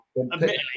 Admittedly